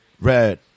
red